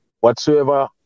whatsoever